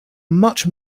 much